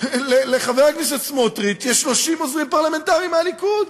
לחבר הכנסת סמוטריץ יש 30 עוזרים פרלמנטריים מהליכוד.